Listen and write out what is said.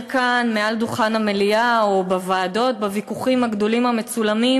כאן מעל דוכן המליאה או בוועדות בוויכוחים הגדולים המצולמים.